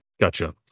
Gotcha